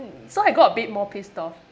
so I got a bit more pissed off